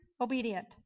obedient